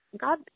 God